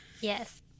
yes